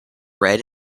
red